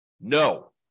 no